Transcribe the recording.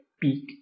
peak